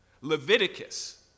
Leviticus